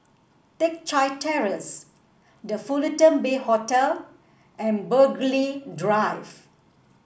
Teck Chye Terrace The Fullerton Bay Hotel and Burghley Drive